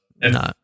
No